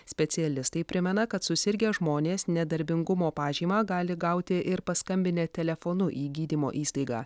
specialistai primena kad susirgę žmonės nedarbingumo pažymą gali gauti ir paskambinę telefonu į gydymo įstaigą